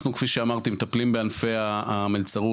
אנחנו כפי שאמרתי מטפלים בענפי המלצרות,